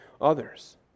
others